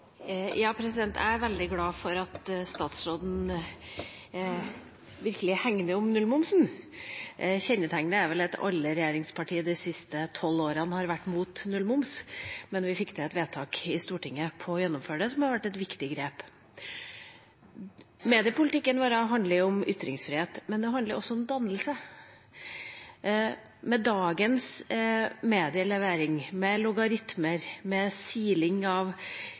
veldig glad for at statsråden virkelig hegner om nullmomsen. Alle regjeringsparti har de siste tolv årene vært mot nullmoms, men vi fikk til et vedtak i Stortinget om å gjennomføre det, noe som har vært et viktig grep. Mediepolitikken vår handler om ytringsfrihet, men den handler også om dannelse. Dagens medielevering, med logaritmer, siling av